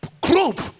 group